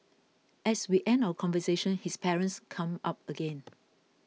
as we end our conversation his parents come up again